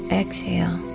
exhale